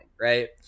right